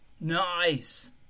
Nice